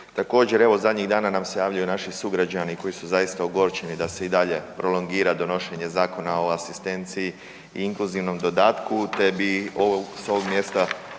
Također evo zadnjih dana nam se javljaju naši sugrađana koji su zaista ogorčeni da se i dalje prolongira donošenje Zakona o asistenciji i inkluzivnom dodatku te bi s ovog mjesta